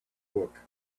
book